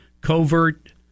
covert